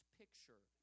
picture